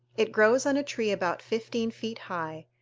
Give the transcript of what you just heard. it grows on a tree about fifteen feet high,